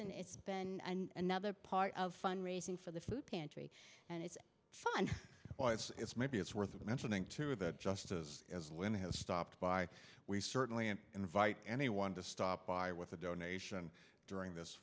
and it's been another part of fundraising for the food pantry and it's fun it's maybe it's worth mentioning to that justice as lynn has stopped by we certainly an invite anyone to stop by with a donation during this